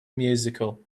musical